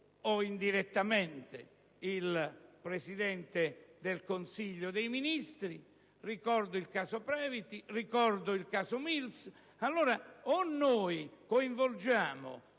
o indirettamente il Presidente del Consiglio dei ministri. Ricordo il caso Previti, ricordo il caso Mills. Coinvolgiamo